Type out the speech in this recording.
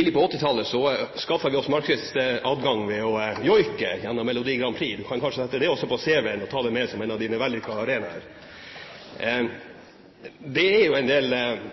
tidlig på 1980-tallet skaffet oss markedsadgang ved å joike i Melodi Grand Prix. Statsråden kan kanskje også sette det på cv-en, og ta det med som en av sine vellykkede arenaer! Det er